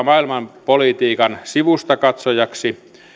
maailmanpolitiikan sivustakatsojaksi